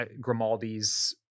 Grimaldi's